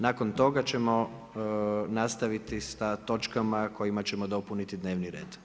Nakon toga ćemo nastaviti s točkama kojima ćemo dopuniti dnevni red.